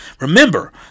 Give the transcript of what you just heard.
Remember